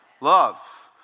Love